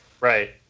Right